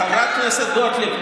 חברת הכנסת גוטליב,